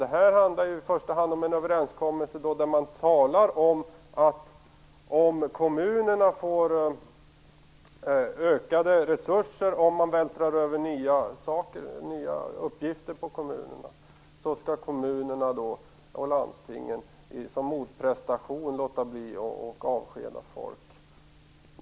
Detta handlar i första hand om en överenskommelse där det sägs att kommunerna får ökade resurser om man vältrar över nya uppgifter på dem. Kommunerna och landstingen skall då som motprestation låta bli att avskeda folk.